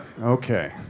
Okay